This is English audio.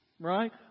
right